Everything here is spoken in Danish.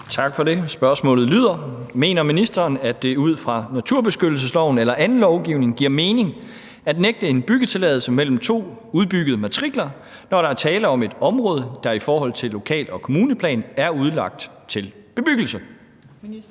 Schack Pedersen (V): Mener ministeren, at det ud fra naturbeskyttelsesloven eller anden lovgivning giver mening at nægte en byggetilladelse mellem to udbyggede matrikler, når der er tale om et område, der i forhold til lokal- og kommunalplan er udlagt til bebyggelse?